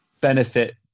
benefit